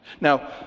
Now